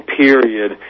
period